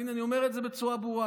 והינה אני אומר את זה בצורה ברורה.